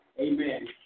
Amen